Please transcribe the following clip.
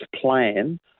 plan